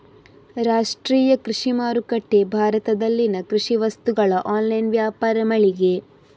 ರಾಷ್ಟ್ರೀಯ ಕೃಷಿ ಮಾರುಕಟ್ಟೆ ಭಾರತದಲ್ಲಿನ ಕೃಷಿ ವಸ್ತುಗಳ ಆನ್ಲೈನ್ ವ್ಯಾಪಾರ ಮಳಿಗೆ